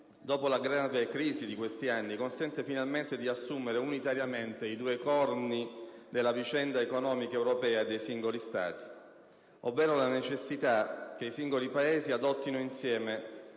dopo la grave crisi di questi anni consente finalmente di assumere unitariamente i due corni della vicenda dei singoli Stati, ovvero la necessità che i singoli Paesi adottino insieme